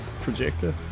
projector